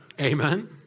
Amen